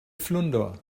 flunder